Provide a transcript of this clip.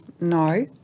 no